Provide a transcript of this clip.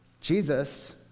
Jesus